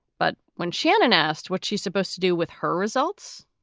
but when shannon asked what she's supposed to do with her results,